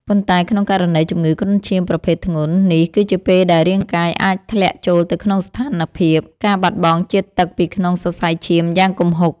ប៉ុន្តែក្នុងករណីជំងឺគ្រុនឈាមប្រភេទធ្ងន់ នេះគឺជាពេលដែលរាងកាយអាចធ្លាក់ចូលទៅក្នុងស្ថានភាព ការបាត់បង់ជាតិទឹកពីក្នុងសរសៃឈាមយ៉ាងគំហុក។